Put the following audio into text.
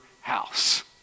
house